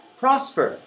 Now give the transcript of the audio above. prosper